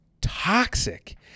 toxic